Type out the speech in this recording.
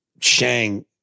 Shang